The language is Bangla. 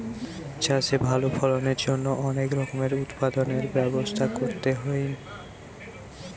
চাষে ভালো ফলনের জন্য অনেক রকমের উৎপাদনের ব্যবস্থা করতে হইন